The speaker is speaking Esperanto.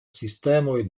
sistemoj